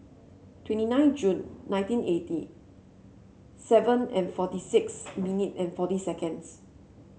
twenty nine June nineteen eighty seven and forty six minute and forty seconds